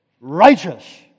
righteous